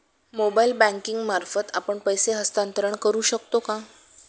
Mobile banking मार्फत आपण पैसे हस्तांतरण करू शकतो का?